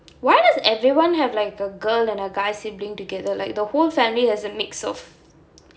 why does everyone have like a girl and a guy sibling together like the whole family has a mix of